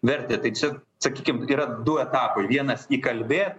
vertę tai čia sakykim yra du etapai vienas įkalbėt